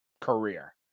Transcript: career